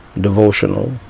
devotional